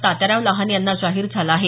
तात्याराव लहाने यांना जाहीर झाला आहे